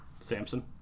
Samson